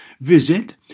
Visit